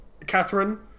Catherine